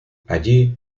allí